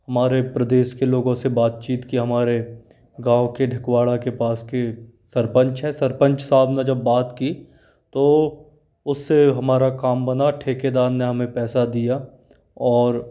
हमारे प्रदेश के लोगों से बातचीत की हमारे गाँव के ढकवाड़ा के पास के सरपंच है सरपंच साहब ने जब बात की तो उससे हमारा काम बना ठेकेदार ने हमें पैसा दिया और